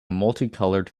multicolored